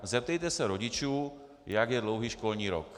Zeptejte se rodičů, jak je dlouhý školní rok.